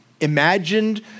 imagined